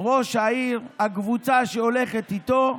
ראש העיר, הקבוצה שהולכת איתו,